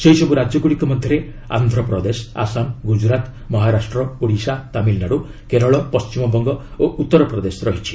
ସେହିସବୁ ରାଜ୍ୟଗୁଡ଼ିକ ମଧ୍ୟରେ ଆନ୍ଧ୍ରପ୍ରଦେଶ ଆସାମ ଗୁଜରାତ ମହାରାଷ୍ଟ୍ର ଓଡ଼ିଶା ତାମିଲନାଡୁ କେରଳ ପଶ୍ଚିମବଙ୍ଗ ଓ ଉତ୍ତରପ୍ରଦେଶ ରହିଛି